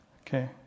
Okay